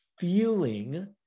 feeling